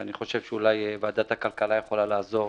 אני חושב שאולי ועדת הכלכלה יכולה לעזור,